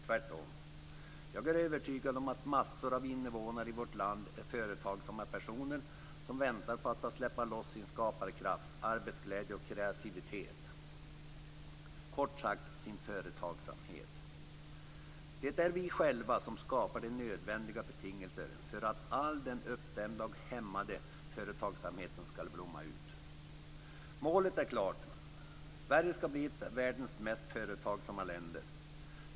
Tvärtom är jag övertygad om att massor av invånare i vårt land är företagsamma personer som väntar på att få släppa loss sin skaparkraft, arbetsglädje och kreativitet - kort sagt sin företagsamhet. Det är vi själva som skapar de nödvändiga betingelserna för att all den uppdämda och hämmade företagsamheten skall blomma ut. Målet är klart: Sverige skall bli ett av världens mest företagsamma länder.